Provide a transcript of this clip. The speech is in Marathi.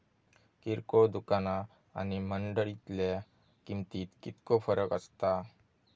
किरकोळ दुकाना आणि मंडळीतल्या किमतीत कितको फरक असता?